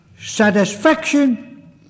satisfaction